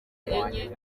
enye